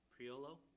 Priolo